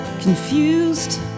Confused